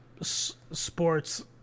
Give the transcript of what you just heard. sports